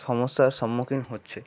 সমস্যার সম্মুখীন হচ্ছে